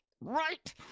right